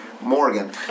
Morgan